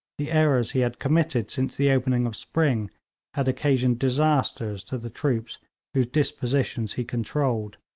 the errors he had committed since the opening of spring had occasioned disasters to the troops whose dispositions he controlled,